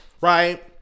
right